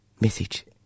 message